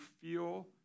feel